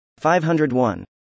501